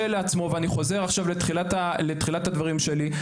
לעצמו ואני חוזר עכשיו לתחילת הדברים שלי,